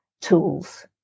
tools